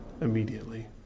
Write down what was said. immediately